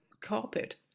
carpet